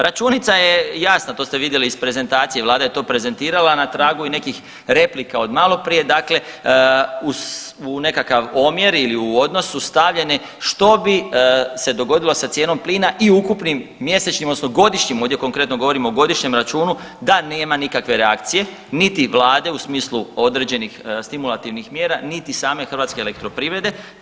Računica je jasna, to ste vidjeli iz prezentacije, Vlada je to prezentirala na tragu i nekih replika od maloprije, dakle u nekakav omjer ili odnos su stavljene što bi se dogodilo sa cijenom plina i ukupnim mjesečnim odnosno godišnji, ovdje konkretno govorimo o godišnjem računu, da nema nikakve reakcije niti Vlade u smislu određenih stimulativnih mjera niti same HEP-a.